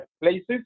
places